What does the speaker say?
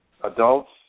adults